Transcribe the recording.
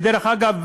דרך אגב,